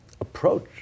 approach